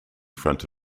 front